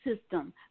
system